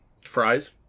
fries